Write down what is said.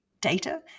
data